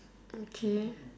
okay